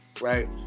right